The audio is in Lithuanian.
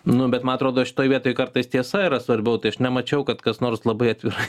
nu bet man atrodo šitoj vietoj kartais tiesa yra svarbiau tai aš nemačiau kad kas nors labai atvirai